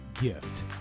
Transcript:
Gift